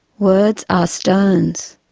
words are stones,